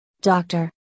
doctor